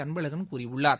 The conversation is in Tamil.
அன்பழகன் கூறியுள்ளார்